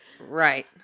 Right